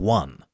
one